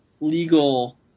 legal